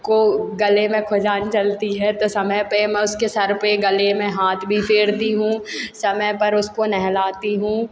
को गले में खुजान चलती है तो समय पर मैं उसके सर पर गले में हाथ भी फेरती हूँ समय पर उसको नहलाती हूँ